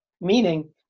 meaning